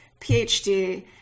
PhD